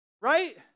right